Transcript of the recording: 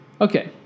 Okay